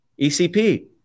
ECP